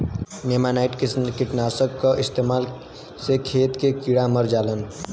नेमानाइट कीटनाशक क इस्तेमाल से खेत के कीड़ा मर जालन